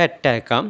కట్టాక